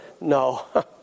no